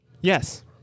Yes